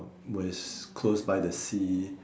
where's close by the sea